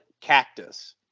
cactus